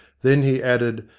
then he added,